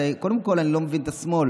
קודם כול, אני לא מבין את השמאל.